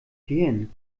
gehirn